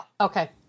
Okay